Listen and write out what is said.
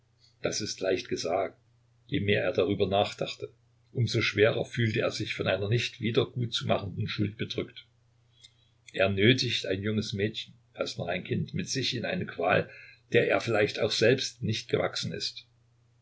das ist leicht gesagt je mehr er darüber nachdachte um so schwerer fühlte er sich von einer nicht wiedergutzumachenden schuld bedrückt er nötigt ein junges mädchen fast noch ein kind mit sich in eine qual der er vielleicht auch selbst nicht gewachsen ist